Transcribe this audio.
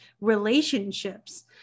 relationships